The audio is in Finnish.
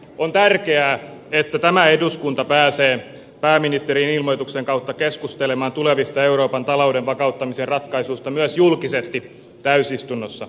on tärkeää että tämä eduskunta pääsee pääministerin ilmoituksen kautta keskustelemaan tulevista euroopan talouden vakauttamisen ratkaisuista myös julkisesti täysistunnossa